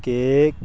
cake